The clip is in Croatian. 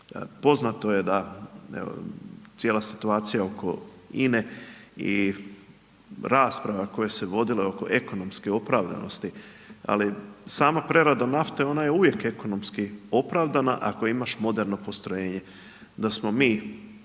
Poznato je da cijela situacija oko INA-e i rasprave koje se vodile oko ekonomske opravdanosti, ali samom prerada nafte, ona je uvijek ekonomski opravdana ako imaš moderno postrojenje.